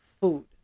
food